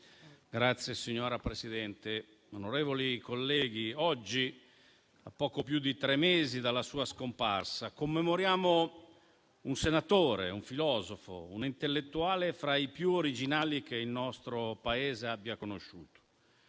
Signora Presidente, onorevoli colleghi, oggi, a poco più di tre mesi dalla sua scomparsa, commemoriamo un senatore, un filosofo, un intellettuale fra i più originali che il nostro Paese abbia conosciuto;